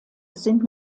sind